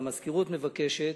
והמזכירות מבקשת.